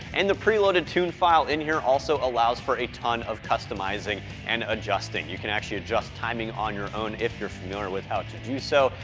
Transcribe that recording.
and the pre-loaded tune file in here also allows for a ton of customizing and adjusting. you can actually adjust timing on your own, if you're familiar with how to do so,